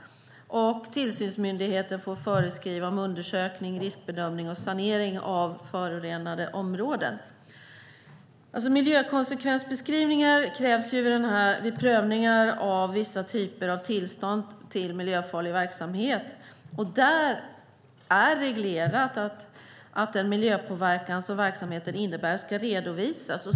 Tillsynsmyndigheten får föreskriva om undersökning, riskbedömning och sanering av förorenade områden. Miljökonsekvensbeskrivningar krävs vid prövningar av vissa typer av tillstånd för miljöfarlig verksamhet. Där är reglerat att den miljöpåverkan som verksamheten innebär ska redovisas.